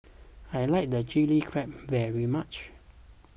I like the Chilli Crab very much